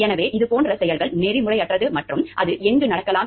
எனவே இதுபோன்ற செயல்கள் நெறிமுறையற்றது மற்றும் அது எங்கு நடக்கலாம்